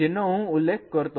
જેનો હું ઉલ્લેખ કરતો હતો